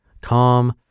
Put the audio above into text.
calm